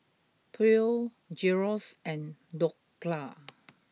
Pho Gyros and Dhokla